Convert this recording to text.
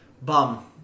Bum